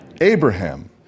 Abraham